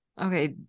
Okay